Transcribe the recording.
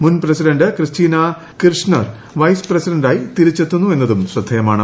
മൂൻ president Cristina Kirchner vice പ്രസിഡന്റായി തിരിച്ചെത്തുന്നു ് എന്നതും ശ്രദ്ധേയമാണ്